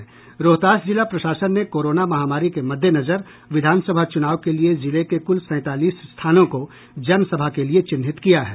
रोहतास जिला प्रशासन ने कोरोना महामारी के मद्देनजर विधान सभा चुनाव के लिये जिले के कुल सैंतालीस स्थानों को जनसभा के लिये चिन्हित किया है